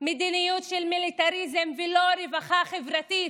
מדיניות של מיליטריזם ולא רווחה חברתית.